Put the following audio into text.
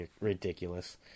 ridiculous